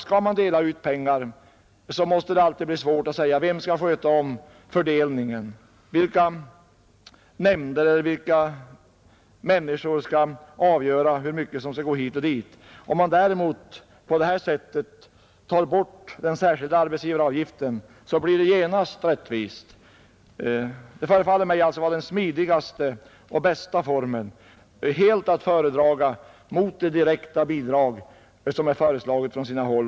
Skall man dela ut pengar är det alltid svårt att säga vem som skall sköta fördelningen och vilka nämnder eller människor som skall avgöra hur mycket som skall gå dit eller dit. Om man däremot tar bort den särskilda arbetsgivaravgiften i detta fall blir det genast rättvist. Det förefaller mig därför vara en smidigare och bättre form än direkta bidrag, som har föreslagits från andra håll.